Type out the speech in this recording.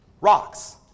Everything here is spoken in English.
rocks